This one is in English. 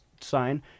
sign